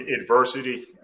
adversity